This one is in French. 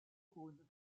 rhône